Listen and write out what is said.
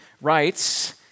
writes